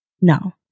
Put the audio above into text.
no